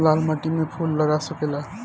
लाल माटी में फूल लाग सकेला?